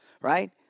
right